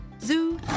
Zoo